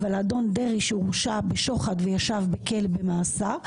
אבל אדון דרעי שהורשע בשוחד וישב בכלא במאסר,